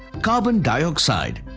carbon dioxide,